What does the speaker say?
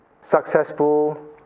successful